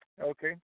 Okay